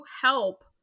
help